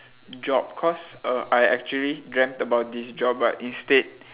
job cause err I actually dreamt about this job but instead